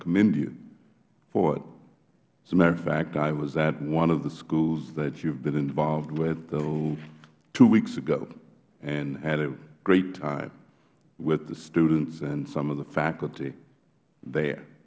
commend you for it as a matter of fact i was at one of the schools that you have been involved with two weeks ago and had a great time with the students and some of the faculty there